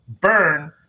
burn